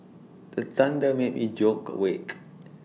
the thunder made me joke awake